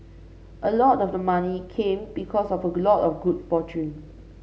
a lot of the money came because of a lot of good fortune